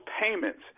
payments